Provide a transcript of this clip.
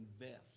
invest